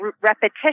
repetition